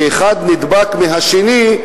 האחד נדבק מהשני,